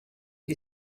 you